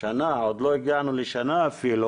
עוד לא הגענו לשנה אפילו